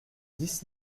dix